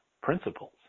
principles